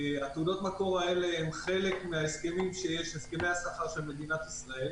תעודות המקור האלה הן חלק מהסכמי הסחר של מדינת ישראל,